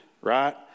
right